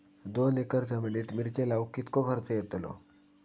दोन एकर जमिनीत मिरचे लाऊक कितको खर्च यातलो?